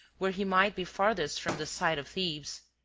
where he might be farthest from the sight of thebes.